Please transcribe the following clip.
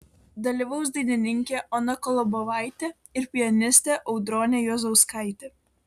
dalyvaus dainininkė ona kolobovaitė ir pianistė audronė juozauskaitė